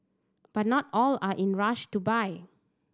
but not all are in rush to buy